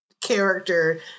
character